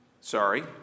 sorry